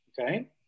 Okay